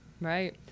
Right